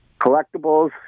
collectibles